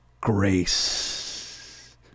grace